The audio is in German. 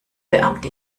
beamte